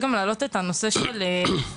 נושא נוסף.